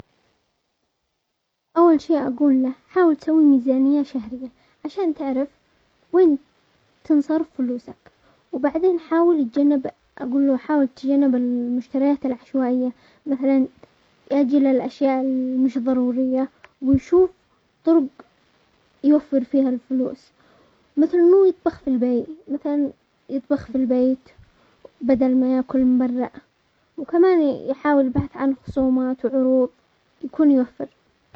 اول شي اقول له حاول تسوي ميزانية شهرية عشان تعرف وين تنصرف فلوسك، وبعدين حاول تجنب-اقول له حاول تجنب المشتريات العشوائية، مثلا يجي للاشياء المش ضرورية ويشوف طرق يوفر فيها الفلوس، مثلا اتو يطبخ في البي- مثلا يطبخ في البيت بدل ما ياكل من برا، وكمان يحاول البحث عن خصومات وعروض يكون يوفر.